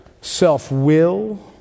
self-will